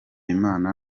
imana